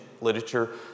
literature